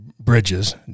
Bridges